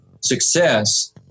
success